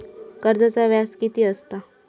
कर्जाचा व्याज कीती असता?